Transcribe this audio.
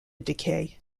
decay